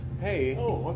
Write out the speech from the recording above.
hey